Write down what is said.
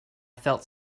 felt